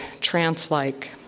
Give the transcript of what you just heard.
trance-like